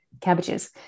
cabbages